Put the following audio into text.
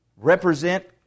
Represent